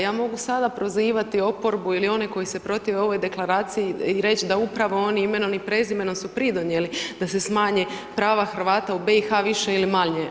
Ja mogu sada prozivati oporbu ili one koji se protive ovoj deklaraciji i reći da upravo oni imenom i prezimenom su pridonijeli da se smanji brava Hrvata u BIH više ili manje.